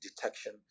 detection